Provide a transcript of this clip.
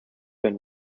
been